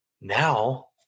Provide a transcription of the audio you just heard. Now